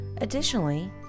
Additionally